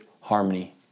harmony